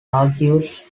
argues